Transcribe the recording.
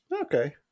Okay